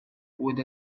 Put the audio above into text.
with